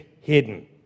hidden